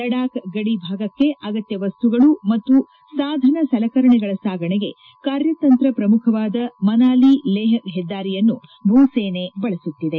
ಲಡಾಖ್ ಗದಿ ಭಾಗಕ್ಕೆ ಅಗತ್ಯ ವಸ್ತುಗಳು ಮತ್ತು ಸಾಧನ ಸಲಕರಣೆಗಳ ಸಾಗಣೆಗೆ ಕಾರ್ಯತಂತ್ರ ಪ್ರಮುಖವಾದ ಮನಾಲಿ ಲೇಹ್ ಹೆದ್ದಾರಿಯನ್ನು ಭೂಸೇನೆ ಬಳಸುತ್ತಿದೆ